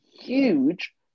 huge